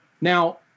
Now